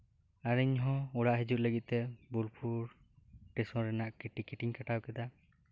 ᱟᱨ ᱤᱧᱦᱚᱸ ᱚᱲᱟᱜ ᱦᱤᱡᱩᱜ ᱞᱟᱹᱜᱤᱫ ᱛᱮ ᱵᱳᱞᱯᱩᱨ ᱴᱮᱥᱚᱱ ᱨᱮᱭᱟᱜ ᱴᱤᱠᱤᱴ ᱤᱧ ᱠᱟᱴᱟᱣ ᱠᱮᱫᱟ